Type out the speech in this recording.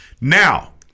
Now